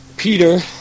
Peter